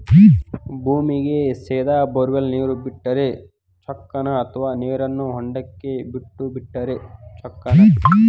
ಭೂಮಿಗೆ ಸೇದಾ ಬೊರ್ವೆಲ್ ನೇರು ಬಿಟ್ಟರೆ ಚೊಕ್ಕನ ಅಥವಾ ನೇರನ್ನು ಹೊಂಡಕ್ಕೆ ಬಿಟ್ಟು ಬಿಟ್ಟರೆ ಚೊಕ್ಕನ?